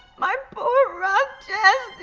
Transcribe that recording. my poor rochesteee.